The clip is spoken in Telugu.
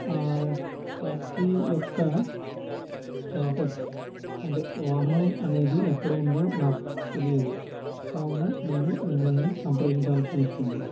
ఆ ట్యాక్సీ యొక్క స్టేటస్ అంటే వాహనం అనేది ఎక్కడ ఉందో నాకు తెలియదు కావున నేను మిమ్మల్ని సంప్రదించాల్సి వచ్చింది